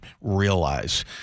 realize